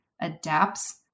adapts